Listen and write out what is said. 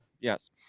yes